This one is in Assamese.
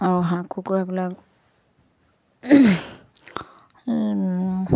আৰু হাঁহ কুকুৰাবিলাক